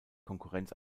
konkurrenz